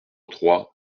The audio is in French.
trois